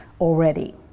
already